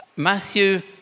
Matthew